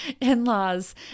in-laws